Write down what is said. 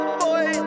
boy